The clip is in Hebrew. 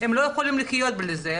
הם לא יכולים לחיות בלי זה,